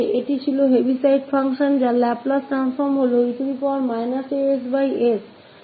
ठीक है वह हैविसिसडे फंक्शन था जिसका लाप्लास ट्रांसफॉर्म e ass है